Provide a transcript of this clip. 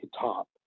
top